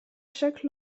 chaque